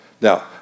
Now